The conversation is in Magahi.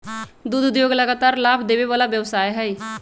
दुध उद्योग लगातार लाभ देबे वला व्यवसाय हइ